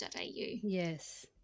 yes